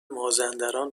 مازندران